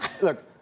look